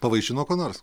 pavaišino kuo nors